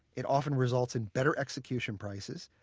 it often results in better execution prices,